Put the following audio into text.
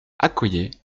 accoyer